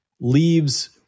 leaves